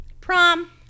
prom